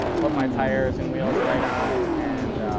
put my tires and wheels right on, and,